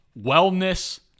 wellness